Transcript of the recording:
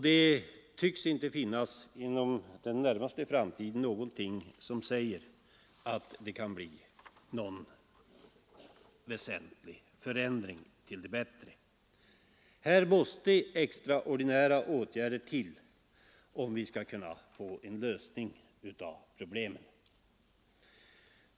Det finns ingenting som säger att det inom den närmaste tiden skall bli någon väsentlig förändring till det bättre. Här måste extraordinära åtgärder till om vi skall kunna åstadkomma någon lösning på problemen.